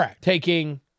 taking